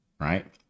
Right